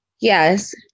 yes